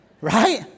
right